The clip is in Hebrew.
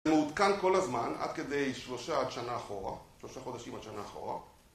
זה מעודכן כל הזמן, עד כדי שלושה עד שנה אחורה, שלושה חודשים עד שנה אחורה